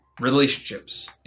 relationships